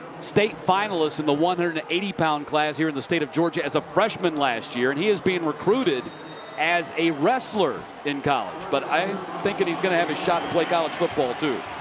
state finalist in the one hundred and eighty pound class here in the state of georgia as a freshman last year. and he's been recruited as a wrestler in college. but i'm thinking he's going to have a shot to play college but ball too.